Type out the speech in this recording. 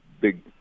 big